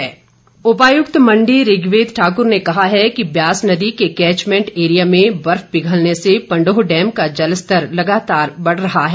Pandoh dam उपायुक्त मंडी ऋग्वेद ठाकुर ने कहा है कि ब्यास नदी के कैचमेंट एरिया में बर्फ के पिघलने से पंडोह डैम का जल स्तर लगातार बेढ़ रहा है